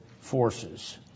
forces